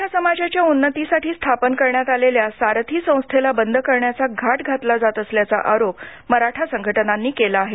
मराठा समाजाच्या उन्नतीसाठी स्थापन करण्यात आलेल्या सारथी संस्थेला बंद करण्याचा घाट घातला जात असल्याचा आरोप मराठा संघटनांनी केला आहे